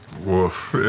woof,